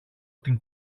την